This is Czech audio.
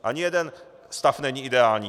Ani jeden stav není ideální.